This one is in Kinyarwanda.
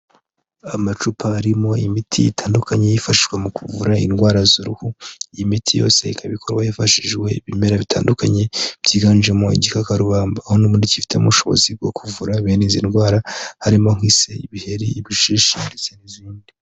Amacupa arimo imiti itandukanye yifashishwa mu kuvura indwara z'uruhu, iyi miti yose ikaba ikorwa hifashishijwe ibimera bitandukanye byiganjemo igikakarubamba, aho n'ubundi kifitemo ubushobozi bwo kuvura bene izi ndwara harimo nk'ise, ibiheri, ibishishi, ndetse n'izindi.